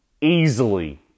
easily